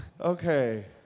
Okay